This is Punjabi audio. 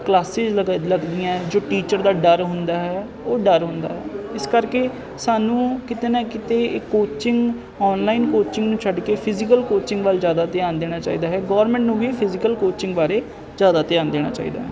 ਕਲਾਸਿਸ ਲੱਗ ਲੱਗਦੀਆਂ ਹੈ ਜੋ ਟੀਚਰ ਦਾ ਡਰ ਹੁੰਦਾ ਹੈ ਉਹ ਡਰ ਹੁੰਦਾ ਇਸ ਕਰਕੇ ਸਾਨੂੰ ਕਿਤੇ ਨਾ ਕਿਤੇ ਇਹ ਕੋਚਿੰਗ ਆਨਲਾਈਨ ਕੋਚਿੰਗ ਨੂੰ ਛੱਡ ਕੇ ਫਿਜੀਕਲ ਕੋਚਿੰਗ ਵੱਲ ਜ਼ਿਆਦਾ ਧਿਆਨ ਦੇਣਾ ਚਾਹੀਦਾ ਹੈ ਗੌਰਮੈਂਟ ਨੂੰ ਵੀ ਫਿਜੀਕਲ ਕੋਚਿੰਗ ਬਾਰੇ ਜ਼ਿਆਦਾ ਧਿਆਨ ਦੇਣਾ ਚਾਹੀਦਾ